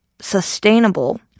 sustainable